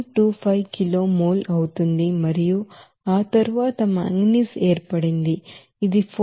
25 కిలోల మోల్ అవుతుంది మరియు తరువాత మాంగనీస్ ఏర్పడింది ఇది 4